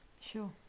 Sure